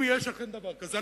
ואם יש אכן דבר כזה,